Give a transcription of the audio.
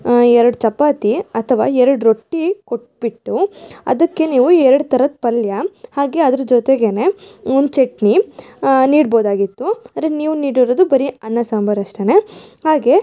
ಎರಡು ಚಪಾತಿ ಅಥವಾ ಎರಡು ರೊಟ್ಟಿ ಕೊಟ್ಟುಬಿಟ್ಟು ಅದಕ್ಕೆ ನೀವು ಎರಡು ಥರದ ಪಲ್ಯ ಹಾಗೇ ಅದ್ರ ಜೊತೆಗೆ ಒಂದು ಚಟ್ನಿ ನೀಡ್ಬೋದಾಗಿತ್ತು ಆದರೆ ನೀವು ನೀಡಿರೋದು ಬರೇ ಅನ್ನ ಸಾಂಬಾರು ಅಷ್ಟೇ ಹಾಗೆ